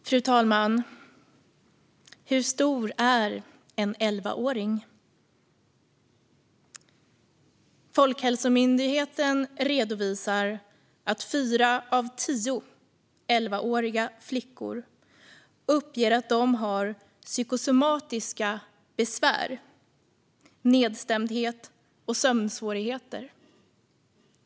Fru talman! Hur stor är en elvaåring? Folkhälsomyndigheten redovisar att 4 av 10 elvaåriga flickor uppger att de lider av psykosomatiska besvär, nedstämdhet och sömnsvårigheter.